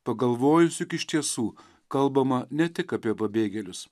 pagalvojus juk iš tiesų kalbama ne tik apie pabėgėlius